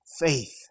faith